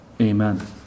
Amen